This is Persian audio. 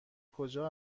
کجا